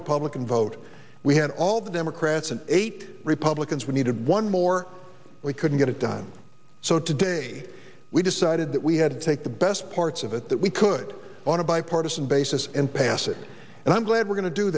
republican vote we had all the democrats and eight republicans we needed one more we couldn't get it done so today we decided that we had to take the best parts of it that we could on a bipartisan basis and pass it and i'm glad we're going to do